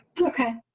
okay,